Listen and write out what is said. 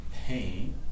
Pain